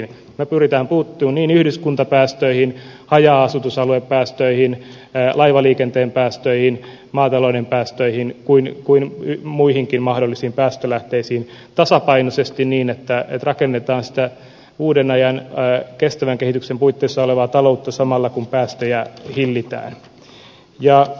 me pyrimme puuttumaan niin yhdyskuntapäästöihin haja asutusaluepäästöihin laivaliikenteen päästöihin maatalouden päästöihin kuin muihinkin mahdollisiin päästölähteisiin tasapainoisesti niin että rakennetaan sitä uuden ajan kestävän kehityksen puitteissa olevaa taloutta samalla kun päästöjä hillitään